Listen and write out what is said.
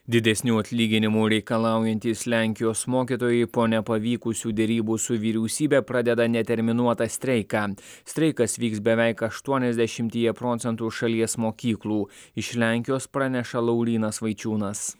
didesnių atlyginimų reikalaujantys lenkijos mokytojai po nepavykusių derybų su vyriausybe pradeda neterminuotą streiką streikas vyks beveik aštuoniasdešimtyje procentų šalies mokyklų iš lenkijos praneša laurynas vaičiūnas